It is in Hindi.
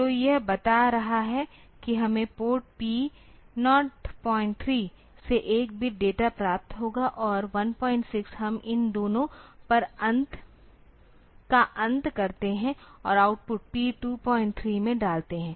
तो यह बता रहा है कि हमें पोर्ट P03 से 1 बिट डेटा प्राप्त होगा और 16 हम इन दोनों का अंत करते हैं और आउटपुट P23 में डालते हैं